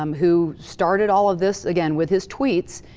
um who started all of this, again, with his tweets.